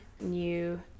new